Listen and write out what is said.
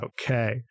okay